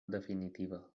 definitiva